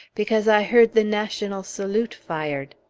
because i heard the national salute fired.